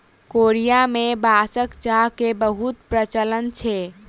Korea में बांसक चाह के बहुत प्रचलन छै